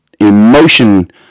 emotion